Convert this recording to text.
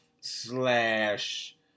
slash